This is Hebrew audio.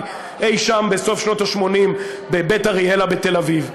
אי-שם בסוף שנות ה-80 בבית אריאלה בתל-אביב.